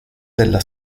della